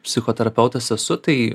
psichoterapeutas esu tai